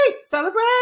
celebrate